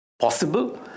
possible